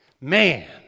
Man